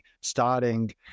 starting